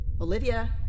Olivia